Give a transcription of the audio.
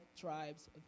tribes